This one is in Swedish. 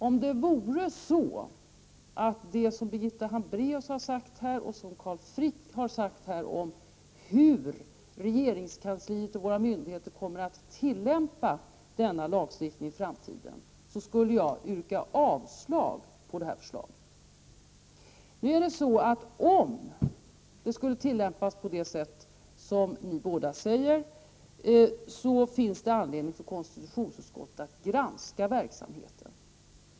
Om det vore så att det Birgitta Hambraeus och Carl Frick här har sagt om hur regeringskansliet och våra myndigheter kommer att tillämpa denna lagstiftning i framtiden skulle stämma då skulle jag yrka avslag på förslaget. Men om förslaget skulle tillämpas såsom Birgitta Hambraeus och Carl Frick säger finns anledning för konstitutionsutskottet att granska verksamheten.